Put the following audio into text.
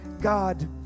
God